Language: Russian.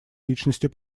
личности